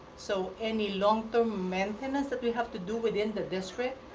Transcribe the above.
so any long-term maintenance that we have to do within the district,